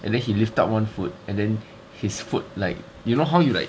and then he lift up one foot and then his foot like you know how you like